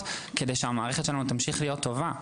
כדי שהמערכת שלנו תמשיך להיות טובה.